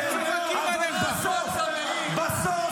הם צוחקים עליך --- בסוף